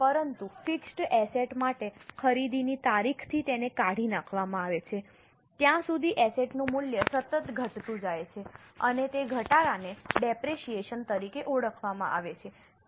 પરંતુ fixed asset માટે ખરીદીની તારીખથી તેને કાઢી નાખવામાં આવે છે ત્યાં સુધી એસેટ નું મૂલ્ય સતત ઘટતું જાય છે અને તે ઘટાડાને ડેપરેશીયેશન તરીકે ઓળખવામાં આવે છે